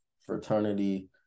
fraternity